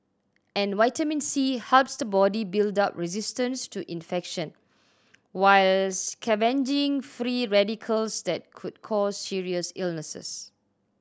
and vitamin C helps the body build up resistance to infection while scavenging free radicals that could cause serious illnesses